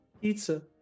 Pizza